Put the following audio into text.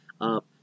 up